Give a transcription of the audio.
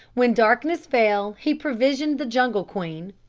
when darkness fell he provisioned the jungle queen,